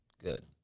Good